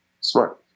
Smart